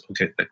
okay